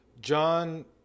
John